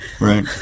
Right